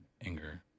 anger